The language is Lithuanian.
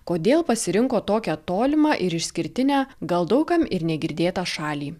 kodėl pasirinko tokią tolimą ir išskirtinę gal daug kam ir negirdėtą šalį